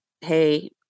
Hey